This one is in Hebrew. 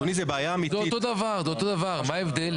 זה אותו דבר, מה ההבדל?